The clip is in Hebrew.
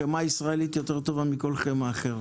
החמאה הישראלית יותר טובה מכל חמאה אחרת,